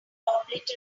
obliterated